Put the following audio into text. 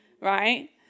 right